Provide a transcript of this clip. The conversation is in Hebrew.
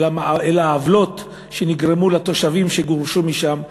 אלא שנגרמו עוולות לתושבים שגורשו משם,